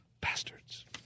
Bastards